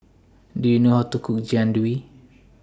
Do YOU know How to Cook Jian Dui